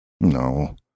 No